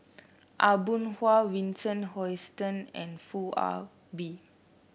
Aw Boon Haw Vincent Hoisington and Foo Ah Bee